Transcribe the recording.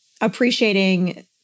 appreciating